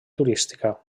turística